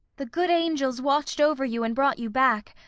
the good angels watched over you and brought you back!